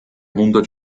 hundert